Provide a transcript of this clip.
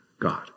God